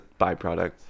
byproduct